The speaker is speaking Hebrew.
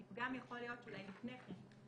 כי פגם יכול להיות אולי לפני כן.